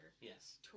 Yes